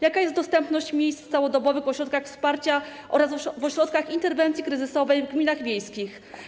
Jaka jest dostępność miejsc w całodobowych ośrodkach wsparcia oraz w ośrodkach interwencji kryzysowej w gminach wiejskich?